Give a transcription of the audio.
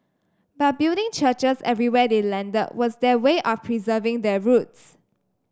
but building churches everywhere they landed was their way of preserving their roots